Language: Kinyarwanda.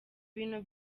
ibintu